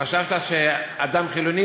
חשבת שאדם חילוני?